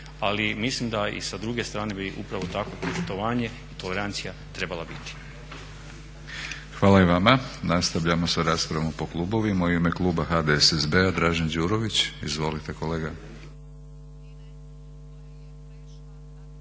ali mislim da i sa druge strane bi upravo takvo poštovanje i tolerancija trebala biti. **Batinić, Milorad (HNS)** Hvala i vama. Nastavljamo sa raspravom po klubovima. U ime kluba HDSSB-a Dražen Đurović. Izvolite kolega.